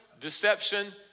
deception